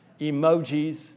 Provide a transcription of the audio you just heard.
emojis